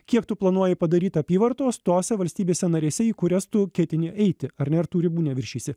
kiek tu planuoji padaryt apyvartos tose valstybėse narėse į kurias tu ketini eiti ar ne ir tu ribų neviršysi